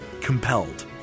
Compelled